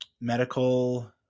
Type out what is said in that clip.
medical